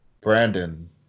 brandon